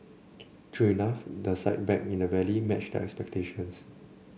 true enough the sight back in the valley matched their expectations